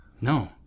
No